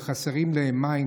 וחסרים להם מים,